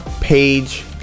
page